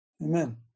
Amen